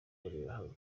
mbonerahamwe